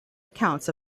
accounts